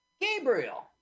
Gabriel